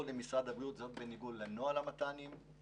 למשרד הבריאות וזאת בניגוד לנוהל המת"נים;